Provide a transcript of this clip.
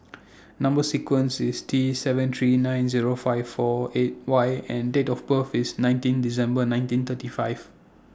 Number sequence IS T seven three nine Zero five four eight Y and Date of birth IS nineteen December nineteen thirty five